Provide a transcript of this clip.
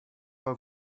pas